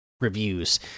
reviews